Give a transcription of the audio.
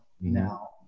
now